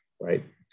right